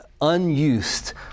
unused